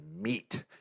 meat